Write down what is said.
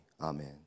Amen